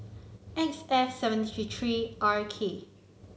X F seven three R K